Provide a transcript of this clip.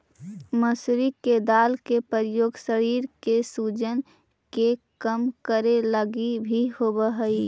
मसूरी के दाल के प्रयोग शरीर के सूजन के कम करे लागी भी होब हई